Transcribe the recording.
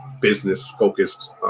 business-focused